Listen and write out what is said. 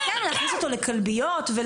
ללכוד את מי שנשאר וכן להכניס לכלביות ולאמץ.